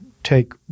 take